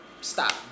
Stop